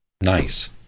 Nice